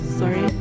sorry